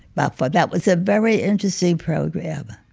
balfour. that was a very interesting program.